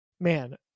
man